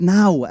now